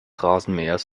rasenmähers